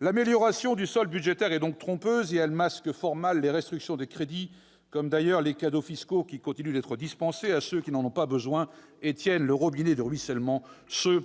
L'amélioration du solde budgétaire est donc trompeuse. Elle masque fort mal les restrictions de crédits, comme d'ailleurs les cadeaux fiscaux qui continuent d'être prodigués à ceux qui n'en ont pas besoin et alimentent le robinet du « ruissellement ». La